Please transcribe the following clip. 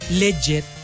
legit